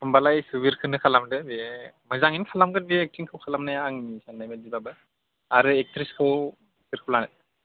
होमबालाय सुबिरखौनो खालामदो बे मोजाङैनो खालामगोन बे एक्टिंखौ खालामनाया आंनि सान्नाय बायदिबाबो आरो एक्ट्रिसखौ सोरखौ लानो